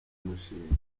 umushinga